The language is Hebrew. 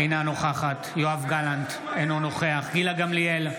אינה נוכחת יואב גלנט, אינו נוכח גילה גמליאל,